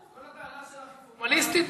כל הטענה שלך היא פורמליסטית?